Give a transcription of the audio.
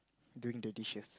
doing the dishes